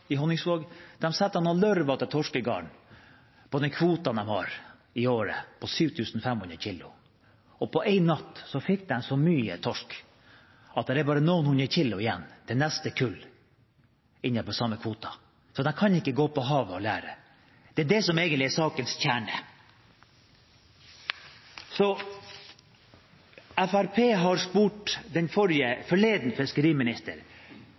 i Honningsvåg, var at de satte noen lurvete torskegarn på de kvotene de har i året – 7 500 kilo – og én natt fikk de så mye torsk at det er bare noen hundre kilo igjen til neste kull innenfor den samme kvoten, så de kan ikke dra ut på havet og lære. Det er det som egentlig er sakens kjerne. Fremskrittspartiet har spurt den forrige